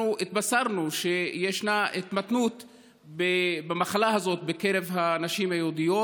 אנחנו התבשרנו שישנה התמתנות במחלה הזאת בקרב הנשים היהודיות.